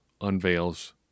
unveils